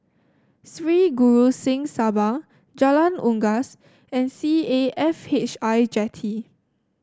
Sri Guru Singh Sabha Jalan Unggas and C A F H I Jetty